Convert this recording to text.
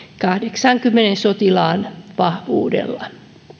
kahdeksaankymmeneen sotilaan vahvuudella